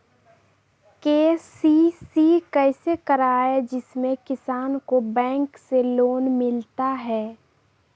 KCC कैसे कराये जिसमे किसान को बैंक से लोन मिलता है?